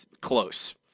close